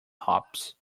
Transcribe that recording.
hops